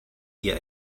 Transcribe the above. hier